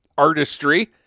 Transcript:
Artistry